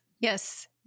Yes